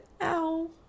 Ow